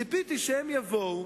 ציפיתי שהם יבואו